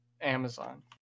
amazon